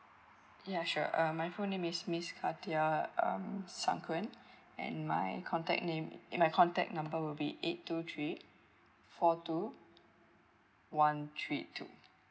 ya sure uh my full name is miss katia um sankuen and my contact name and my contact number will be eight two three four two one three two